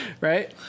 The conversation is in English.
Right